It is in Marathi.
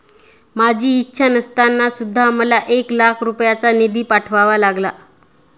माझी इच्छा नसताना सुद्धा मला एक लाख रुपयांचा निधी पाठवावा लागला